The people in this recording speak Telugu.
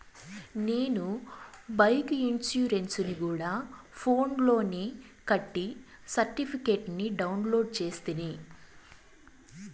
నేను బైకు ఇన్సూరెన్సుని గూడా ఫోన్స్ లోనే కట్టి సర్టిఫికేట్ ని డౌన్లోడు చేస్తిని